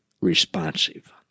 responsive